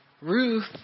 Ruth